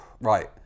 right